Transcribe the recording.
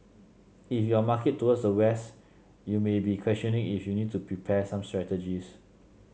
if your market towards the West you may be questioning if you need to prepare some strategies